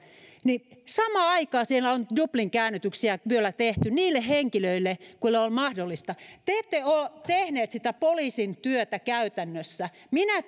jälkeenkin ja samaan aikaan on dublin käännytyksiä kyllä tehty niille henkilöille joille on ollut mahdollista te te ette ole tehneet sitä poliisin työtä käytännössä minä